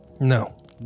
No